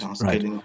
right